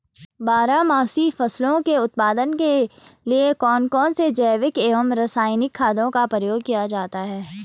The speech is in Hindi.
बारहमासी फसलों के उत्पादन के लिए कौन कौन से जैविक एवं रासायनिक खादों का प्रयोग किया जाता है?